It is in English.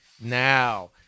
now